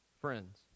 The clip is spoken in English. friends